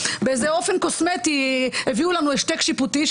באיזה אופן קוסמטי הביאו לנו השתק שיפוטי,